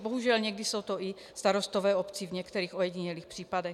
Bohužel někdy jsou to i starostové obcí v některých ojedinělých případech.